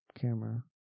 camera